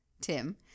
Tim